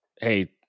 Hey